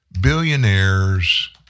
Billionaires